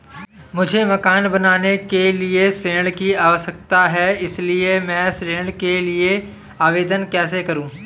मुझे मकान बनाने के लिए ऋण की आवश्यकता है इसलिए मैं ऋण के लिए आवेदन कैसे करूं?